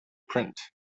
print